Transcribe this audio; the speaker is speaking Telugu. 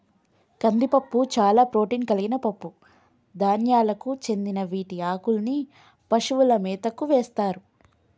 కందిపప్పు చాలా ప్రోటాన్ కలిగిన పప్పు ధాన్యాలకు చెందిన వీటి ఆకుల్ని పశువుల మేతకు వేస్తారు